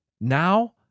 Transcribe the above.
now